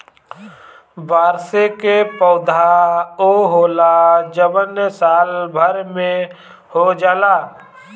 वार्षिक पौधा उ होला जवन साल भर में हो जाला